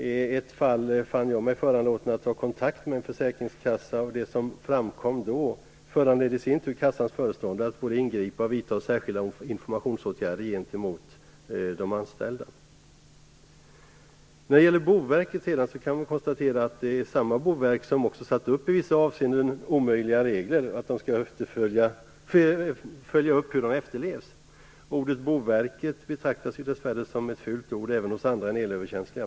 I ett fall fann jag mig föranlåten att ta kontakt med en försäkringskassa, och det som framkom då föranledde i sin tur kassans föreståndare att ingripa och att vidta särskilda informationsåtgärder gentemot de anställda. Sedan gäller det Boverket. Samma Boverk som satte upp de i vissa avseenden omöjliga reglerna, skall också följa upp hur de efterlevs. Ordet "Boverket" betraktas ju dessvärre som ett fult ord även hos andra än hos elöverkänsliga.